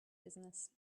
business